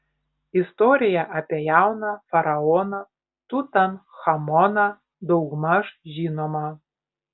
istorija apie jauną faraoną tutanchamoną daugmaž žinoma